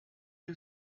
you